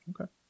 Okay